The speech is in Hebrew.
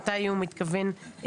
תאריך שבו הוא מתכוון להגיע.